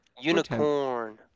UNICORN